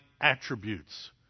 attributes